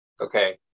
Okay